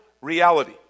reality